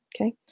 okay